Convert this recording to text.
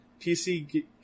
PC